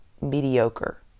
mediocre